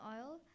oil